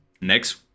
next